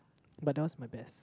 but that was my best